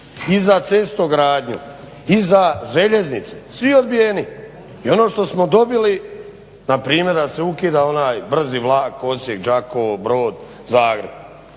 i za cestogradnju i za željeznice, svi odbijeni. I ono što smo dobili, npr. da se ukida onaj brzi vlak Osijek-Đakovo-Brod-Zagreb